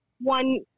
one